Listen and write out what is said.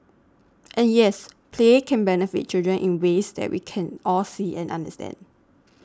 and yes play can benefit children in ways that we can all see and understand